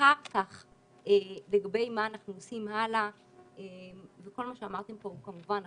אחר כך לגבי מה אנחנו עושים הלאה וכל מה שאמרתם פה הוא כמובן נכון,